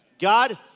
God